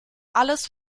alles